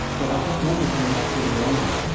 so, i just want to come back to normal.